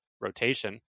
rotation